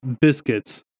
biscuits